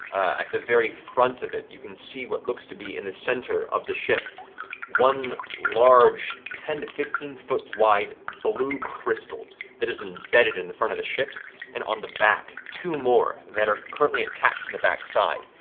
at the very front of it, you can see what looks to be in the center of the ship one large ten to fifteen foot-wide blue crystal that is embedded in the front of the ship and on the back two more that are currently attached to the back side.